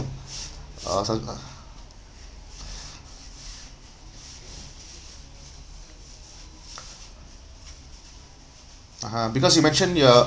uh !huh! because you mentioned you are